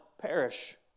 perish